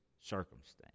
circumstance